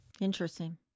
Interesting